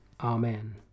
Amen